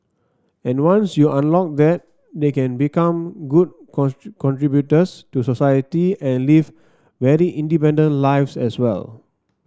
and once you unlock that they can become good contributors to society and live very independent lives as well